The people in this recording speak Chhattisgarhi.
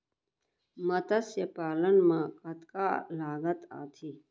मतस्य पालन मा कतका लागत आथे?